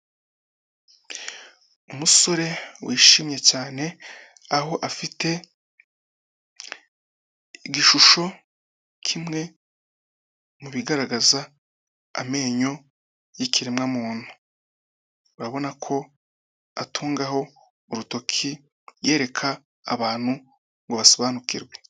Umusore wishimye cyane, aho afite igishusho kimwe mu bigaragaza amenyo y'ikiremwamuntu. Urabona ko atungaho urutoki yereka abantu ngo basobanukirwe.